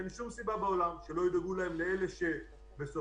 אין שום סיבה בעולם שלא ידאגו לאלה שצריכים